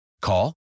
Call